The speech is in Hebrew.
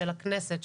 של הכנסת,